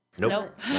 Nope